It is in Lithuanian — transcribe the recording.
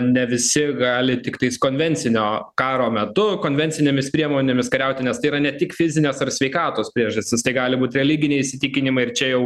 ne visi gali tiktais konvencinio karo metu konvencinėmis priemonėmis kariauti nes tai yra ne tik fizinės ar sveikatos priežastys tai gali būt religiniai įsitikinimai ir čia jau